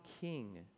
king